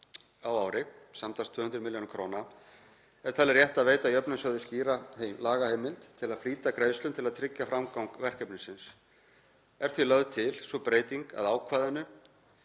á ári, samtals 200 millj. kr., er talið rétt að veita jöfnunarsjóði skýra lagaheimild til að flýta greiðslum til að tryggja framgang verkefnisins. Er því lögð til sú breyting á ákvæðinu